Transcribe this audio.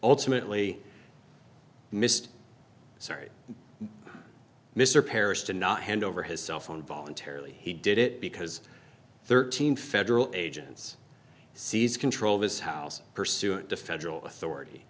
ultimately mr sorry mr parrish did not hand over his cellphone voluntarily he did it because thirteen federal agents seize control of his house pursuant to federal authority